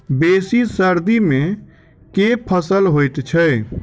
बेसी सर्दी मे केँ फसल होइ छै?